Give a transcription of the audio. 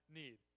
need